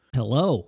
hello